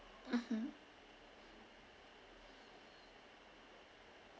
mmhmm